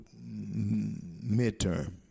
midterm